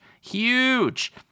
Huge